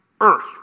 earth